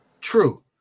True